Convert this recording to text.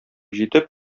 җитеп